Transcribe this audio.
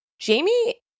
Jamie